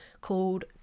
called